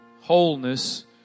wholeness